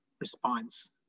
response